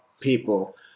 people